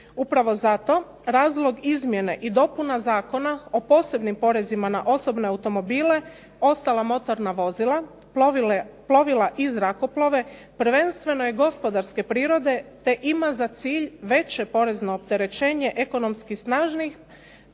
Upravo zato razlog izmjene i dopuna Zakona o posebnim porezima na osobne automobile, ostala motorna vozila, plovila i zrakoplove prvenstveno je gospodarske prirode te ima za cilj veće porezno opterećenje ekonomski snažnijih